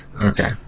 Okay